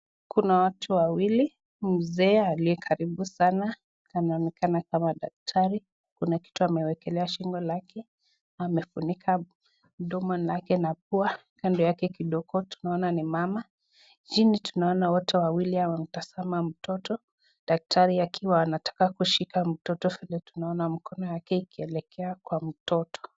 Kuna watu wawili, mzee aliye karibu sana anaonekana kama daktari, kuna kitu amewekelea shingo lake, amefunika mdomo lake na pua. Kando yake kidogo tunaona ni mama. Chini tunaona wote wawili wanatazama mtoto. Daktari akiwa anataka kushika mtoto vile tunaona mkono wake ukielekea kwa mtoto.